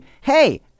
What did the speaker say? Hey